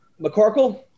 McCorkle